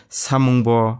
samungbo